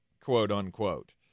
quote-unquote